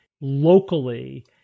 locally